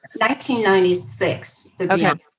1996